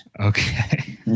Okay